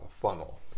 funnel